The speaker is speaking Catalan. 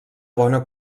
bona